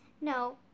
No